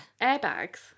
Airbags